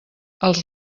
els